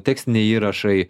tekstiniai įrašai